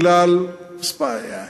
שמע,